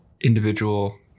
individual